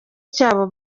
cyabo